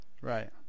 Right